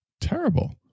Terrible